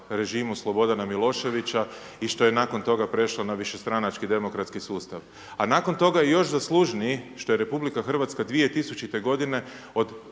režimu Slobodana Miloševića i što je nakon toga prešlo na višestranački demokratski sustav. A nakon toga je još zaslužniji što je Republika Hrvatska 2000. godine od